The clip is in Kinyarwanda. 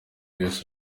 wese